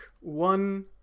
one